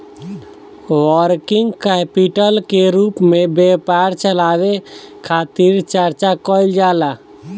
working capital के रूप में व्यापार चलावे खातिर चर्चा कईल जाला